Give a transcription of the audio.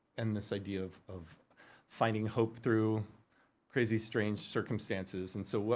and this idea of of finding hope through crazy, strange circumstances. and so,